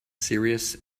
serious